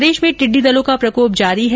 राज्य में टिड्डी दलों का प्रकोप जारी है